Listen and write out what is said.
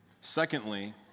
Secondly